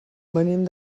venim